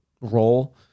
role